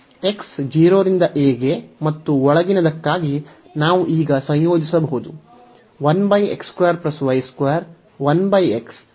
x 0 ರಿಂದ a ಗೆ ಮತ್ತು ಒಳಗಿನದಕ್ಕಾಗಿ ನಾವು ಈಗ ಸಂಯೋಜಿಸಬಹುದು